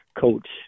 coach